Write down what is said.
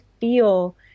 feel